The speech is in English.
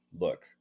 look